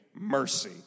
mercy